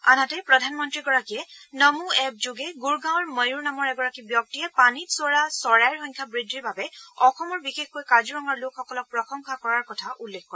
আনহাতে প্ৰধানমন্ত্ৰীগৰাকীয়ে নমো এপ যোগে গুৰগাঁৱৰ ময়ূৰ নামৰ এগৰাকী ব্যক্তিয়ে পানীত চৰা চৰাইৰ সংখ্যা বৃদ্ধিৰ বাবে অসমৰ বিশেষকৈ কাজিৰঙাৰ লোকসকলক প্ৰশংসা কৰাৰ কথা উল্লেখ কৰে